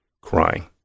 crying